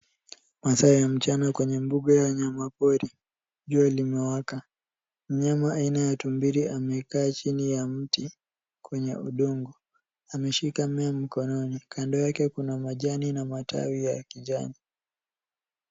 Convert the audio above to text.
Masaa ya mchana kwenye mbuga ya wanyama pori. Jua limewaka mnyama wa aina ya tumbili amekaa chini ya mti kwenye udongo .ameshika mmea mkononi kando yake Kuna majani na matawi ya kijani.